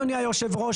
אדוני יושב הראש,